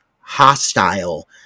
hostile